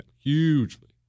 Hugely